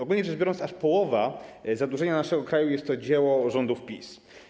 Ogólnie rzecz biorąc, aż połowa zadłużenia naszego kraju jest to dzieło rządów PiS.